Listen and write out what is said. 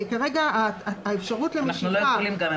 וכרגע האפשרות למשיכה --- אנחנו לא יכולים.